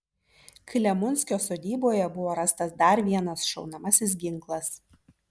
klemunskio sodyboje buvo rastas dar vienas šaunamasis ginklas